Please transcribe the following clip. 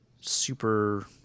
super